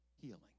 Healing